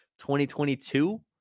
2022